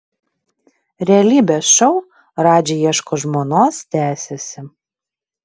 realybės šou radži ieško žmonos tęsiasi